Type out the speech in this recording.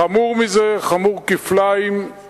חמור מזה, חמור כפליים הוא